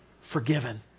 forgiven